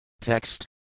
Text